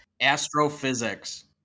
Astrophysics